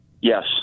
Yes